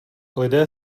lidé